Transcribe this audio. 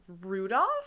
rudolph